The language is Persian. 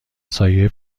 سایه